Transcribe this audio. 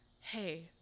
Hey